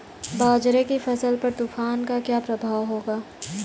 बाजरे की फसल पर तूफान का क्या प्रभाव होगा?